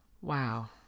Wow